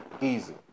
easy